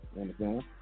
Understand